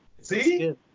See